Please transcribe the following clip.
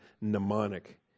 mnemonic